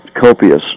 copious